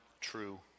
true